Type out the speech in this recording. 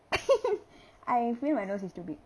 I feel my nose is too big